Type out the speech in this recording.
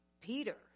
peter